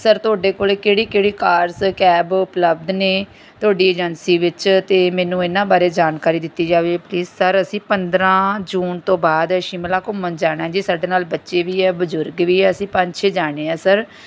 sir ਤੁਹਾਡੇ ਕੋਲ ਕਿਹੜੀ ਕਿਹੜੀ ਕਾਰਜ਼ ਕੈਬ ਉਪਲਬਧ ਨੇ ਤੁਹਾਡੀ ਏਜੰਸੀ ਵਿੱਚ ਅਤੇ ਮੈਨੂੰ ਇਹਨਾਂ ਬਾਰੇ ਜਾਣਕਾਰੀ ਦਿੱਤੀ ਜਾਵੇ ਪਲੀਜ ਸਰ ਅਸੀਂ ਪੰਦਰ੍ਹਾਂ ਜੂਨ ਤੋਂ ਬਾਅਦ ਸ਼ਿਮਲਾ ਘੁੰਮਣ ਜਾਣਾ ਜੀ ਸਾਡੇ ਨਾਲ ਬੱਚੇ ਵੀ ਹੈ ਬਜ਼ੁਰਗ ਵੀ ਹੈ ਅਸੀਂ ਪੰਜ ਛੇ ਜਣੇ ਹੈ ਸਰ